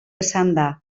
esanda